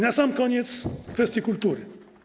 Na sam koniec kwestie kultury.